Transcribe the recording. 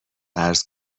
عرض